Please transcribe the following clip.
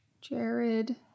Jared